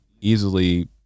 easily